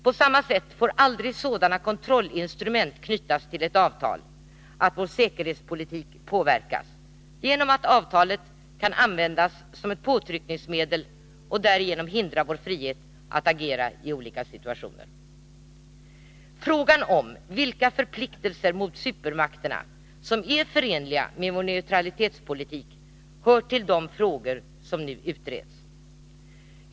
På samma sätt får aldrig sådana kontrollinstrument knytas till ett avtal att vår säkerhetspolitik påverkas genom att avtalet kan användas som ett påtryckningsmedel och därigenom hindra vår frihet att agera i olika situationer. Frågan om vilka förpliktelser mot supermakterna som är förenliga med vår neutralitetspolitik hör till de frågor som nu utreds.